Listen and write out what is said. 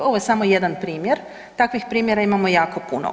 Ovo je samo jedna primjer, takvih primjera imamo jako puno.